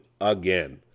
again